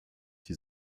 die